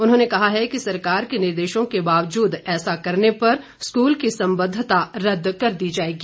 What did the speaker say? उन्होंने कहा है कि सरकार के निर्देशों के बावजूद ऐसा करने पर स्कूल की संबंद्वता रद्द कर दी जाएगी